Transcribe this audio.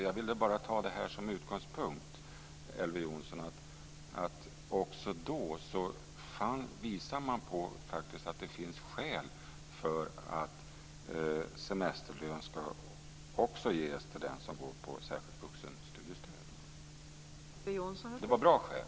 Jag ville ta det som utgångspunkt att man också då visade på att det finns skäl till att semesterlön ska också ges till den som får särskilt vuxenstudiestöd. Det var bra skäl.